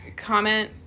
Comment